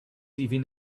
even